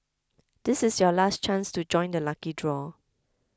this is your last chance to join the lucky draw